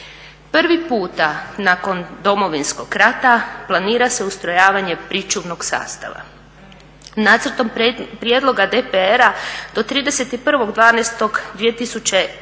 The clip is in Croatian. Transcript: Prvi puta nakon Domovinskog rata planira se ustrojavanje pričuvnog sastava. Nacrtom prijedloga DPR-a do 31.12.2017.godine